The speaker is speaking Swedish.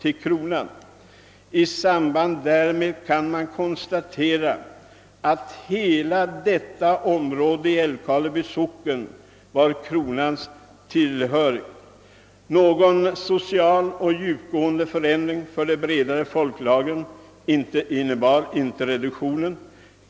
I detta sammanhang kan konstateras att hela detta område i Älvkarleby socken var kronans tillhörighet. Någon social och djupgående förändring för de bredare folklagren innebar inte reduktionen.